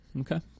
Okay